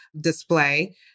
display